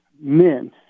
men